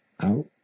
out